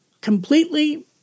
completely